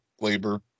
labor